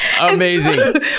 Amazing